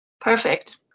perfect